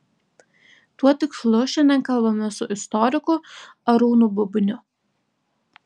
tuo tikslu šiandien kalbamės su istoriku arūnu bubniu